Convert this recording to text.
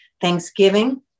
Thanksgiving